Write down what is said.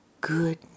good